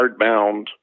hardbound